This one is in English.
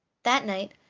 that night,